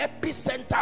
epicenter